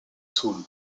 soul